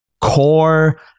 core